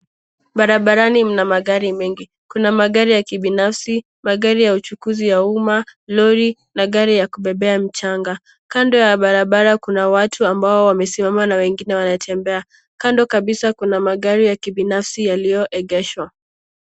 Barabarani mna magari mengi. Kuna magari ya kibinafsi, magari ya uchukuzi ya uma, lori, na gari ya kubebea mchanga. Kando ya barabara kuna watu amba wamesimama na wengine wanatembea. Kando kabisa kuna magari ya kibinafsi yaliyoegeshwa.